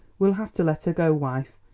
we'll have to let her go, wife,